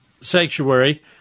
sanctuary